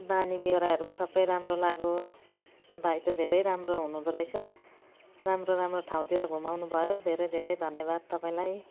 बानी ब्योहोराहरू पनि सबै राम्रो लाग्यो भाइ त धेरै राम्रो हुनुहुँदोरहेछ राम्रो राम्रो ठाउँतिर घुमाउनुभयो धेरै धेरै धन्यवाद तपाईँलाई